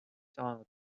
saanud